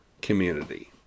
community